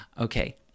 Okay